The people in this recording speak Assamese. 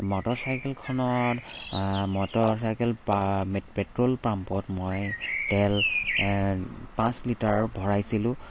মটৰচাইকেলখনত মটৰচাইকেল প পেট্ৰল পাম্পত মই তেল পাঁচ লিটাৰ ভৰাইছিলোঁ